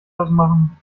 ausmachen